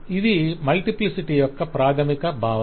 ఇది మల్టిప్లిసిటీ యొక్క ప్రాథమిక భావం